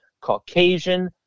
Caucasian